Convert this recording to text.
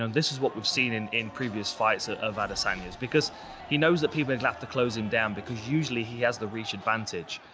and this is what we've seen in in previous fights ah of adesanya's. because he knows that people have to close him down because usually he has the reach advantage.